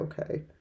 okay